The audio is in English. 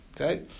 Okay